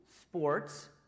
Sports